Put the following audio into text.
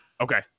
Okay